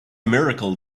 miracle